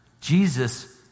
Jesus